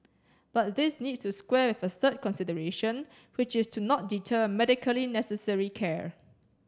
but this needs to square with a third consideration which is to not deter medically necessary care